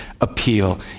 appeal